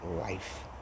life